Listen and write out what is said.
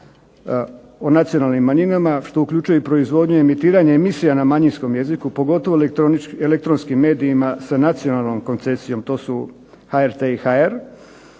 o nacionalnim manjinama što uključuje i proizvodnju i emitiranje emisija na manjinskom jeziku, pogotovo elektronskim medijima sa nacionalnom koncesijom, to su HRT i HR,